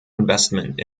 investment